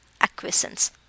acquiescence